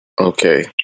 Okay